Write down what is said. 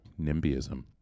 nimbyism